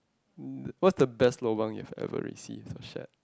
what's the best lobang you have ever received let share